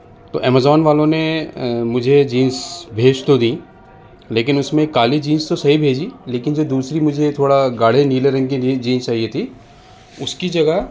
تو ایمازون والوں نے مجھے جینس بھیج تو دی لیکن اس میں کالی جینس تو صحیح بھیجی لیکن دوسری جو مجھے تھوڑا گاڑھے نیلے رنگ کی جینس چاہیے تھی اس کی جگہ